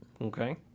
Okay